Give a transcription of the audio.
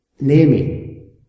naming